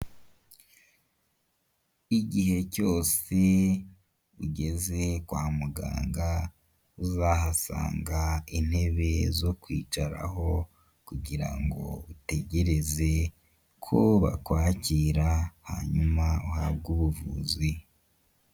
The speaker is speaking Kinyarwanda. Igihe cyose ugeze kwa muganga, uzahasanga intebe zo kwicaraho, kugira ngo utegereze ko bakwakira hanyuma uhabwe ubuvuzi.